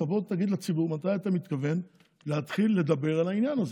תבוא ותגיד לציבור מתי אתה מתכוון להתחיל לדבר על העניין הזה.